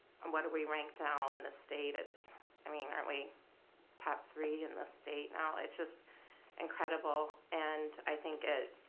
um what are we ranked now in the state? i mean aren't we top three in the state now? it's just incredible. and i think it